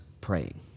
praying